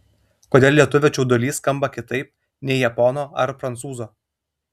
kodėl lietuvio čiaudulys skamba kitaip nei japono ar prancūzo